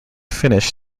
finished